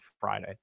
Friday